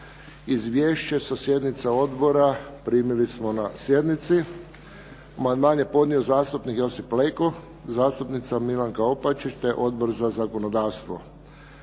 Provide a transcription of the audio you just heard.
Izvješće sa sjednica odbora primili smo na sjednici. Amandman je podnio zastupnik Josip Leko, zastupnica Milanka Opačić, te Odbor za zakonodavstvo.